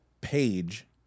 page